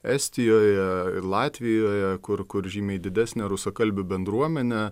estijoje latvijoje kur kur žymiai didesnė rusakalbių bendruomenė